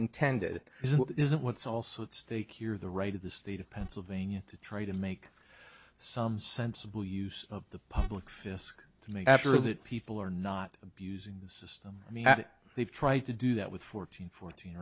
intended isn't what's also at stake here the right of the state of pennsylvania to try to make some sensible use of the public fisc to me after that people are not abusing the system that we've tried to do that with fourteen fourteen